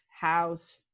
house